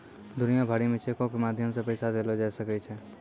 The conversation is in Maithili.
दुनिया भरि मे चेको के माध्यम से पैसा देलो जाय सकै छै